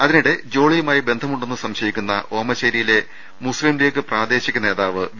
അതിനിടെ ജോളിയുമായി ബന്ധമുണ്ടെന്ന് സംശയിക്കുന്ന ഓമശ്ശേരിയിലെ മുസ്ലിം ലീഗ് പ്രാദേശിക നേതാവ് വി